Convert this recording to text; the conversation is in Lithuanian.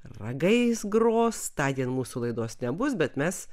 ragais gros tądien mūsų laidos nebus bet mes